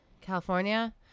California